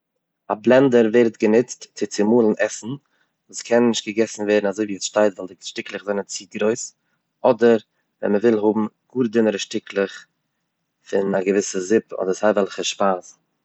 א בלענדער ווערט גענוצט צו צומאלן עסן וואס קען נישט געגעסן ווערן אזוי ווי עס שטייט, ווייל די שטיקלעך זענען צו גרויס, אדער ווען מען וויל האבן גאר דינע שטיקלעך פון א געוויסע זופ אדער סיי וועלכע שפייז.